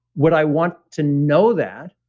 would i want to know that?